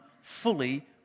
fully